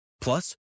Plus